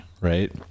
Right